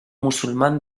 musulmán